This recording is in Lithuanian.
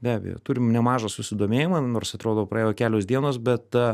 be abejo turim nemažą susidomėjimą nors atrodo praėjo kelios dienos bet